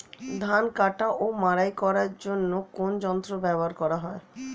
ধান কাটা ও মাড়াই করার জন্য কোন যন্ত্র ব্যবহার করা হয়?